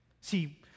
See